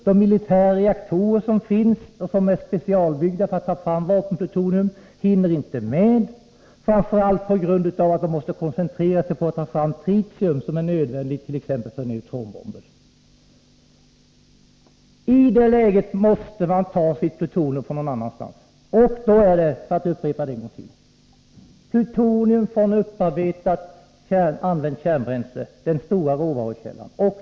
De militära reaktorer som finns och som är specialbyggda för att ta fram plutonium hinner inte med, framför allt på grund av att de måste koncentrera sig på att ta fram tritium som är nödvändigt fört.ex. neutronbomber. I det läget måste man ta sitt plutonium från någon annanstans. Då är, för att upprepa det en gång till, plutonium från upparbetat och använt kärnbränsle den stora råvarukällan.